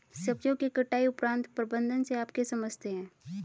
सब्जियों के कटाई उपरांत प्रबंधन से आप क्या समझते हैं?